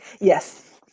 Yes